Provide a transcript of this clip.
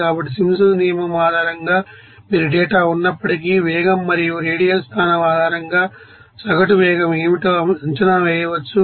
కాబట్టి సింప్సన్స్ నియమం ఆధారంగా మీరు డేటా ఉన్నప్పటికీ వేగం మరియు రేడియల్ స్థానం ఆధారంగా సగటు వేగం ఏమిటో అంచనా వేయవచ్చు